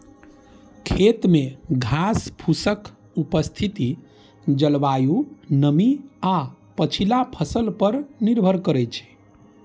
खेत मे घासफूसक उपस्थिति जलवायु, नमी आ पछिला फसल पर निर्भर करै छै